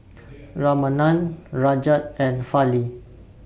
Ramanand Rajat and Fali